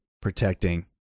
protecting